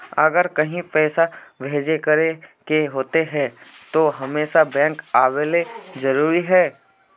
अगर कहीं पैसा भेजे करे के होते है तो हमेशा बैंक आबेले जरूरी है?